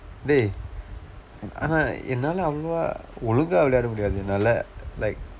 dey ஆனா என்னால அவ்வளவா ஒழுங்கா விளையாட முடியாது என்னால:aanaa ennaala avvalavaa ozhungkaaga vilaiyaada mudiyaathu ennaala like